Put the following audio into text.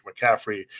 McCaffrey